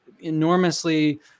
enormously